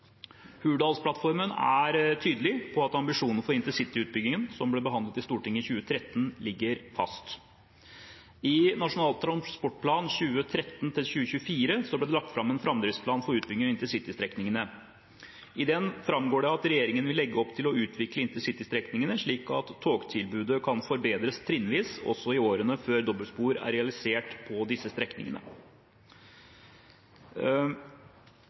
Hurdalsplattformen er tydelig på at ambisjonene for intercityutbyggingen, som ble behandlet i Stortinget i 2013, ligger fast. I Nasjonal transportplan 2013–2024 ble det lagt fram en framdriftsplan for utbygging av intercitystrekningene. I den framgår det at regjeringen vil legge opp til å utvikle intercitystrekningene, slik at togtilbudet kan forbedres trinnvis også i årene før dobbeltspor er realisert på disse strekningene.